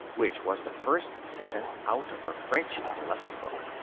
which was the first sentence out of her french lesson-book.